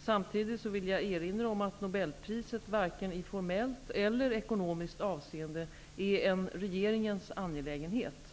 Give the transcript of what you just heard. Samtidigt vill jag erinra om att nobelpriset varken i formellt eller ekonomiskt avseende är en regeringens angelägenhet.